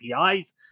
APIs